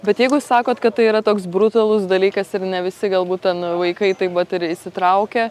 bet jeigu sakot kad tai yra toks brutalus dalykas ir ne visi galbūt ten vaikai tai vat ir įsitraukia